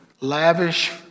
lavish